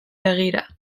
begira